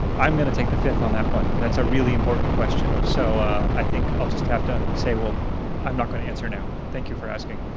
i'm going to take the fifth on that one. that's a really important question. so i think i'll just have to say i'm not going to answer now. thank you for asking.